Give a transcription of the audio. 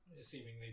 seemingly